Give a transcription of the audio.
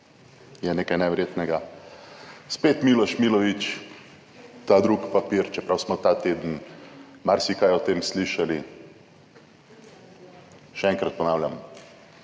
je nekaj neverjetnega. Spet Miloš Milovič, ta drug papir, čeprav smo ta teden marsikaj o tem slišali. Še enkrat ponavljam,